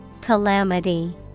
Calamity